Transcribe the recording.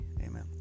Amen